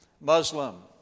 Muslim